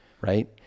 Right